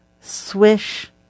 swish